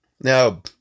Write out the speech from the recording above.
Now